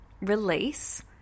release